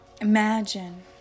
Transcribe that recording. Imagine